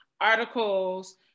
articles